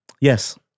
Yes